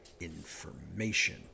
information